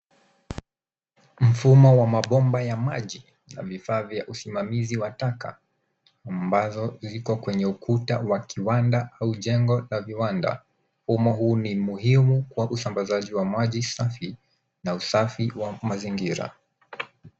Mfumo wa mabomba ya maji na vifaa vya usimamizi wa taka ambazo ziko kwenye kuta wa kiwanda au lengo la viwanda. Hii ni muhimu wa usambazaji wa maji safi na usafi wa mazingira.